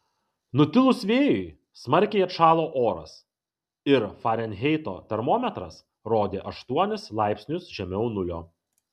nutilus vėjui smarkiai atšalo oras ir farenheito termometras rodė aštuonis laipsnius žemiau nulio